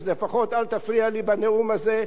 אז לפחות אל תפריע לי בנאום הזה.